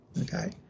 Okay